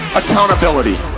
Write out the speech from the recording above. accountability